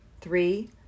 three